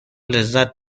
لذت